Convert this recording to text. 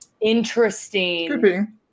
Interesting